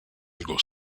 algo